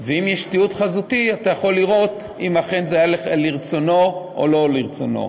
ואם יש תיעוד חזותי אתה יכול לראות אם אכן זה היה לרצונו או לא לרצונו.